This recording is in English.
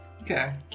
Okay